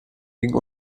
gegen